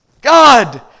God